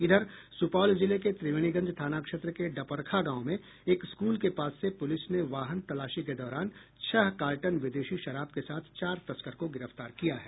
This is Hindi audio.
इधर सुपौल जिले के त्रिवेणीगंज थाना क्षेत्र के डपरखा गांव में एक स्कूल के पास से पुलिस ने वाहन तलाशी के दौरान छह कार्टन विदेशी शराब के साथ चार तस्कर को गिरफ्तार किया है